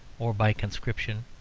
or by conscription,